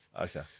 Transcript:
okay